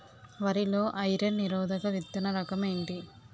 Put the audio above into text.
వరి లో ఐరన్ నిరోధక విత్తన రకం ఏంటి?